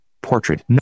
Portrait